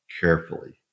carefully